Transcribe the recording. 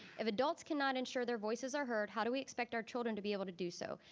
if adults can not ensure their voices are heard, how do we expect our children to be able to do so?